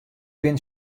bin